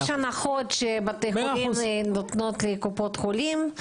יש הנחות שבתי חולים נותנים לקופות חולים.